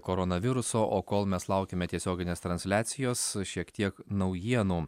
koronaviruso o kol mes laukiame tiesioginės transliacijos šiek tiek naujienų